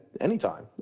anytime